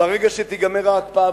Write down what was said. ברגע שתיגמר ההקפאה,